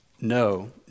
No